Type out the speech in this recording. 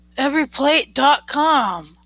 EveryPlate.com